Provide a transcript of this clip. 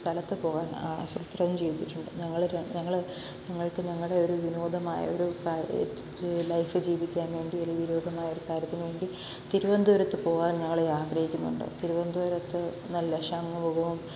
സ്ഥലത്തു പോവാൻ ആസൂത്രണം ചെയ്തിട്ടുണ്ട് ഞങ്ങള് ഞങ്ങള് ഞങ്ങൾക്ക് ഞങ്ങളുടെ ഒരു വിനോദമായ ഒരു കാര്യം ലൈഫ് ജീവിക്കാൻ വേണ്ടി ഒരു വിനോദമായ ഒരു കാര്യത്തിനുവേണ്ടി തിരുവനന്തപുരത്ത് പോവാൻ ഞങ്ങള് ആഗ്രഹിക്കുന്നുണ്ട് തിരുവനന്തപുരത്ത് നല്ല ശംഖുമുഖവും